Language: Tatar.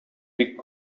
бик